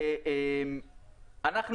אנחנו